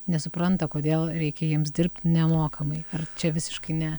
nesupranta kodėl reikia jiems dirbt nemokamai ar čia visiškai ne